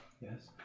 Yes